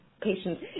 patients